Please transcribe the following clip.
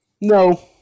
no